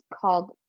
called